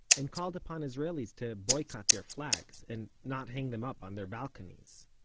and called upon israelis to boycott their flags, and not hang them up on their balconies.